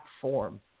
form